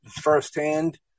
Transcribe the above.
firsthand